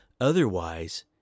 Otherwise